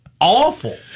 awful